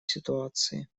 ситуации